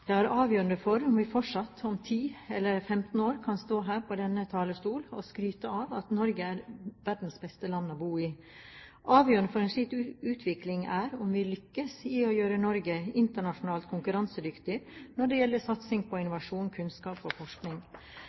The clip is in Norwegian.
Det er avgjørende for om vi om ti eller 15 år fortsatt kan stå her på denne talerstol og skryte av at Norge er verdens beste land å bo i. Avgjørende for en slik utvikling er om vi lykkes i å gjøre Norge konkurransedyktig internasjonalt når det gjelder satsing på innovasjon, kunnskap og forskning.